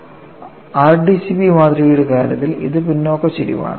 RDCB മാതൃകയുടെ കാര്യത്തിൽ ഇത് പിന്നോക്ക ചരിവാണ്